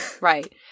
Right